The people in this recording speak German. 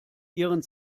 ihren